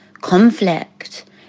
conflict